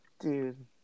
Dude